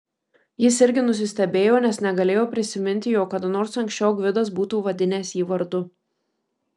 jis irgi nusistebėjo nes negalėjo prisiminti jog kada nors anksčiau gvidas būtų vadinęs jį vardu